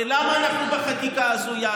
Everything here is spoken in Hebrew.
הרי למה אנחנו בחקיקה ההזויה,